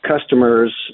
customers